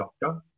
doctor